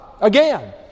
again